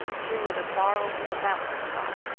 threw it afar over the mountain-top,